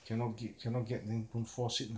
cannot ge~ cannot get then don't force it lah